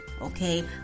okay